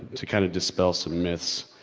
to kinda dispel some myths.